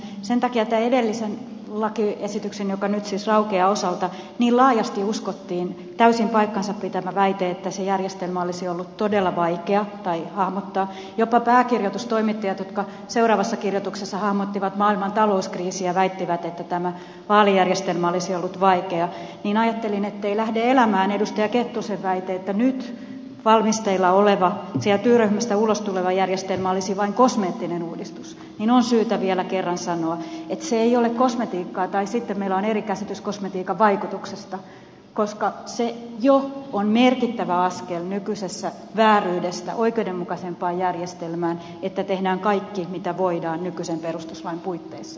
sen takia että edellisen lakiesityksen joka nyt siis raukeaa osalta niin laajasti uskottiin täysin paikkansapitävänä väite että se järjestelmä olisi ollut todella vaikea hahmottaa jopa pääkirjoitustoimittajat jotka seuraavassa kirjoituksessa hahmottivat maailman talouskriisiä väittivät että tämä vaalijärjestelmä olisi ollut vaikea ja ettei vaan lähde elämään edustaja kettusen väite että nyt valmisteilla oleva sieltä työryhmästä ulos tuleva järjestelmä olisi vain kosmeettinen uudistus niin on syytä vielä kerran sanoa että se ei ole kosmetiikkaa tai sitten meillä on eri käsitys kosmetiikan vaikutuksesta koska jo se on merkittävä askel nykyisestä vääryydestä oikeudenmukaisempaan järjestelmään että tehdään kaikki mitä voidaan nykyisen perustuslain puitteissa